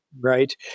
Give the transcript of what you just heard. right